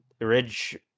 Ridge